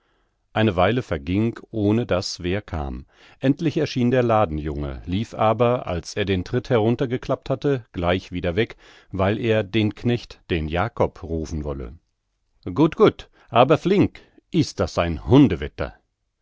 eine weile verging ohne daß wer kam endlich erschien der ladenjunge lief aber als er den tritt heruntergeklappt hatte gleich wieder weg weil er den knecht den jakob rufen wolle gut gut aber flink is das ein